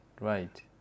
Right